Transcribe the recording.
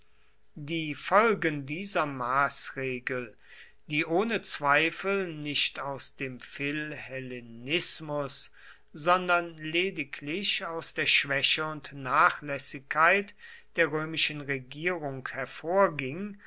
die folgen dieser maßregel die ohne zweifel nicht aus dem philhellenismus sondern lediglich aus der schwäche und nachlässigkeit der römischen regierung hervorging